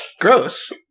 Gross